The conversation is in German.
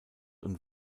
und